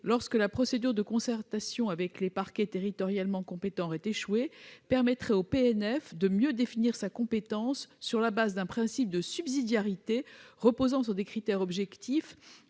de la procédure de concertation avec les parquets territorialement compétents, permettrait au PNF de mieux définir sa compétence, sur la base d'un principe de subsidiarité reposant sur des critères objectifs